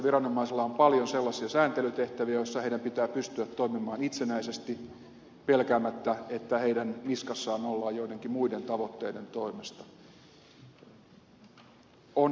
ympäristöviranomaisilla on paljon sellaisia sääntelytehtäviä joissa heidän pitää pystyä toimimaan itsenäisesti pelkäämättä että heidän niskassaan ollaan joidenkin muiden tavoitteiden toimesta